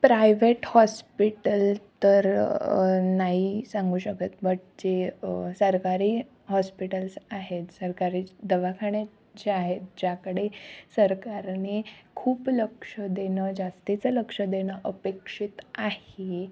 private hospital तर नाही सांगू शकत बट जे सरकारी हॉस्पिटल्स आहेत सरकारी ज दवाखाने जे आहेत ज्याकडे सरकारने खूप लक्ष देणं जास्तीचं लक्ष देणं अपेक्षित आहे